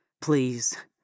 please